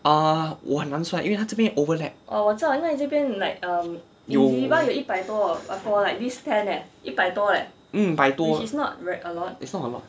err 我很难算应为他这边 overlap 有 mm 百多 is not a lot it's long enough but then I just like say tony's alone there is like forty